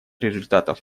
результатов